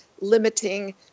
limiting